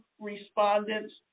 respondents